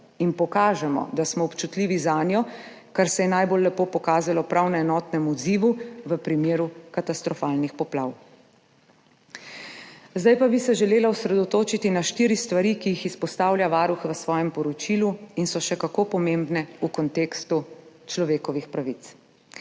in pokažemo, da smo občutljivi zanjo, kar se je najlepše pokazalo prav pri enotnem odzivu v primeru katastrofalnih poplav. Zdaj pa bi se želela osredotočiti na štiri stvari, ki jih izpostavlja Varuh v svojem poročilu in so še kako pomembne v kontekstu človekovih pravic.